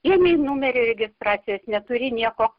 jie nei numerio registracijos neturi nieko